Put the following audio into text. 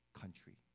country